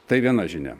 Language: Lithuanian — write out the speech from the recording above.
tai viena žinia